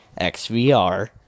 XVR